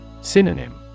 Synonym